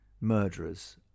murderers